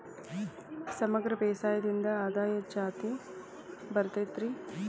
ಸಮಗ್ರ ಬೇಸಾಯದಿಂದ ಆದಾಯ ಜಾಸ್ತಿ ಬರತೈತೇನ್ರಿ?